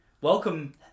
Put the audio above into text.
Welcome